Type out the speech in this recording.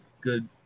good